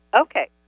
Okay